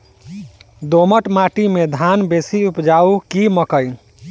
दोमट माटि मे धान बेसी उपजाउ की मकई?